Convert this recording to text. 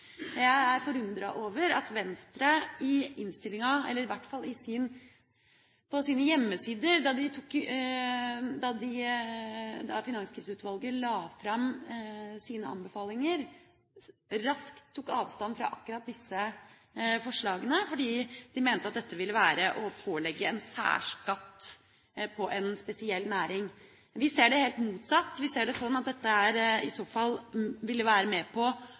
Jeg er forundret over at Venstre da Finanskriseutvalget la fram sine anbefalinger, på sine hjemmesider raskt tok avstand fra akkurat disse forslagene, fordi de mente at dette ville være å pålegge en spesiell næring en særskatt. Vi ser det helt motsatt. Vi ser det sånn at dette i så fall ville være med på